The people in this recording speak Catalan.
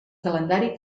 calendari